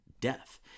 death